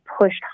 pushed